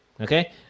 okay